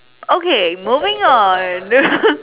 okay moving on